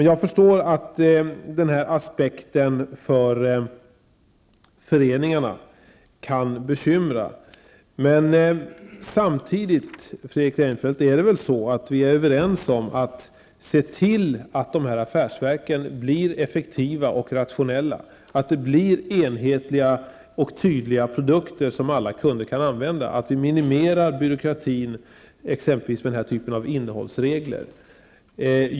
Jag förstår att denna aspekt kan bekymra föreningarna. Men samtidigt är vi, Fredrik Reinfeldt, överens om att se till att affärsverken blir effektiva och rationella, dvs. att det blir enhetliga och tydliga produkter som alla kunder kan använda. Byråkratin skall minimeras med t.ex. denna typ av innehållsregler.